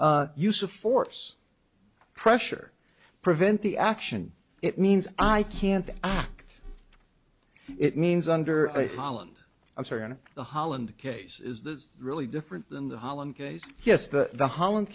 use of force pressure prevent the action it means i can't it means under holland i'm sorry and the holland case is the really different than the holland case yes the the holland